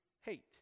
hate